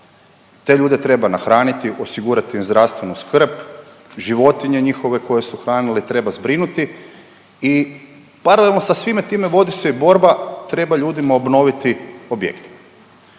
te ljude treba nahraniti, osigurati im zdravstvenu skrb, životinje njihove koje su hranili treba zbrinuti i paralelno sa svime time vodi se i borba treba ljudima obnoviti objekte.